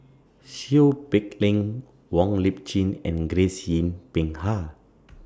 Seow Peck Leng Wong Lip Chin and Grace Yin Peck Ha